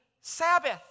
Sabbath